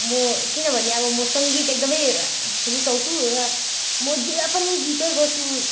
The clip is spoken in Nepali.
म किनभने अब म सङ्गीत एकदमै रुचाउँछु र म जेमा पनि गीतै गाउँछु